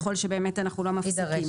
ככל שבאמת אנחנו לא מפסיקים.